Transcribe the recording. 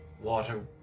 Water